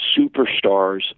superstars